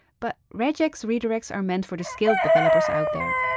but regex redirects are meant for the skilled developers out there.